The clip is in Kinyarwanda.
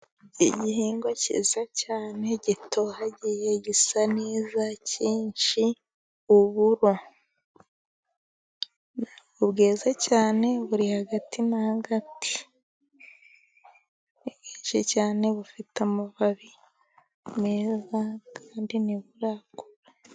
Igihingwa cyiza cyane gitohagiye ,gisa neza cyinshi uburo bweze cyane buri hagati na hagati. Ni byinshi cyane bufite amababi meza kandi ntiburagwa.